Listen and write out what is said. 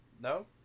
No